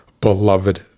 beloved